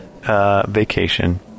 vacation